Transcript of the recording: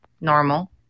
normal